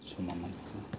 ꯆꯨꯝꯃꯝꯃꯅꯤ